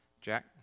Jack